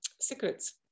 secrets